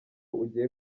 ugiye